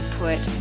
put